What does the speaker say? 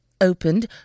opened